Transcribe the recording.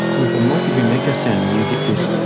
with a multi-beam echo sounder you get this,